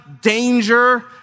danger